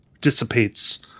dissipates